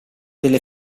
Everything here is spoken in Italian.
delle